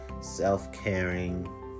self-caring